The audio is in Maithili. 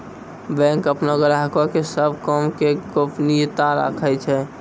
बैंक अपनो ग्राहको के सभ काम के गोपनीयता राखै छै